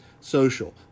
social